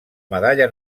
medalla